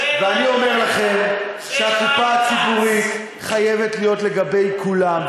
ואני אומר לכם שהקופה הציבורית חייבת להיות לגבי כולם,